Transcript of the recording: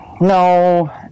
no